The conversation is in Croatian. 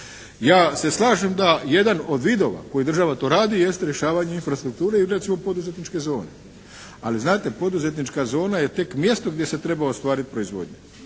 Ja se slažem da jedan od vidova koji država to radi jest rješavanje infrastrukture i uredsko-poduzetničke zone, ali znate poduzetnička zona je tek mjesto gdje se treba ostvariti proizvodnja.